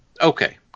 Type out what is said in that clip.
Okay